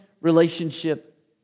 relationship